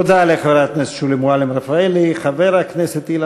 תודה רבה לחברת הכנסת שולי מועלם-רפאלי.